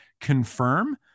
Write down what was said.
confirm